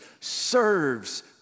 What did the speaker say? serves